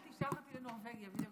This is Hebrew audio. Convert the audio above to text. אל תשלח אותי לנורבגיה.